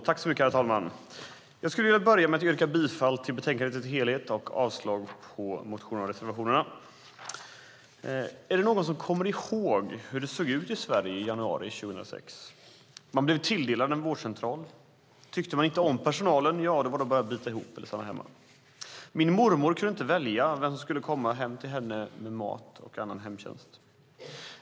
Herr talman! Jag skulle vilja börja med att yrka bifall till förslaget i betänkandet i dess helhet och avslag på motionerna och reservationerna. Är det någon som kommer ihåg hur det såg ut i Sverige i januari 2006? Man blev tilldelad en vårdcentral. Tyckte man inte om personalen var det bara att bita ihop eller stanna hemma. Min mormor kunde inte välja vem som skulle komma hem till henne med mat och annan hemtjänst.